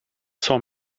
saw